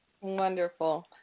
Wonderful